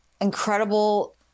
incredible